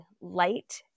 light